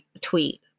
tweet